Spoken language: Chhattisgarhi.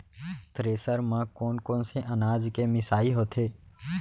थ्रेसर म कोन कोन से अनाज के मिसाई होथे?